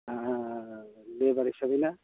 अ' लेबार हिसाबै ना